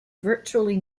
virtually